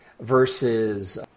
versus